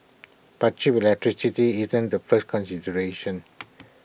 but cheap electricity isn't the first consideration